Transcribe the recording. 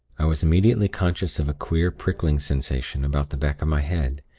i was immediately conscious of a queer prickling sensation about the back of my head,